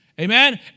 Amen